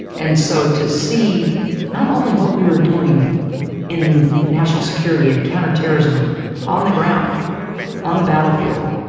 and so, to see not only what we were doing in national security and counterterrorism on the ground on the battlefield,